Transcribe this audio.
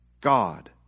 God